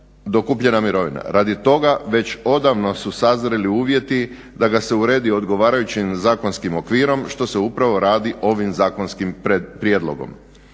dokupljena mirovina. Radi toga već odavno su sazrili uvjeti da ga se uredi odgovarajuće i na zakonskim okvirom što se upravo radi ovim zakonskim prijedlogom.